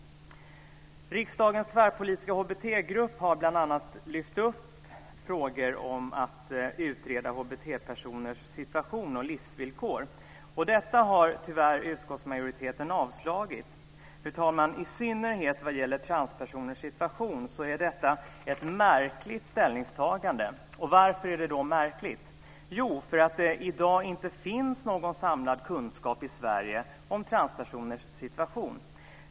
Riksdagens tvärpolitiska HBT-grupp har bl.a. lyft upp frågor om att utreda HBT-personers situation och livsvillkor. Detta har tyvärr utskottsmajoriteten avstyrkt. I synnerhet vad gäller transpersoners situation, fru talman, är detta ett märkligt ställningstagande. Varför är det då märkligt? Jo, för att det i dag inte finns någon samlad kunskap i Sverige om transpersoners situation.